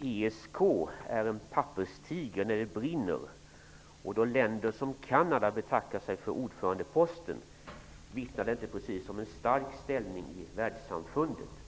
''ESK är en papperstiger när det brinner, och då länder som Kanada betackar sig för ordförandeposten vittnar det inte precis om en stark ställning i världssamfundet.